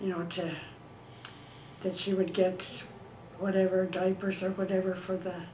you know that she would give whatever diapers or whatever for th